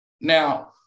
Now